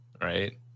right